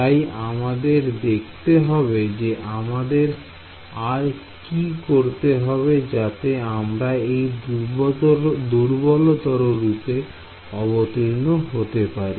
তাই আমাদের দেখতে হবে যে আমাদের আর কি করতে হবে যাতে আমরা এর দুর্বলতর রূপে অবতীর্ণ হতে পারি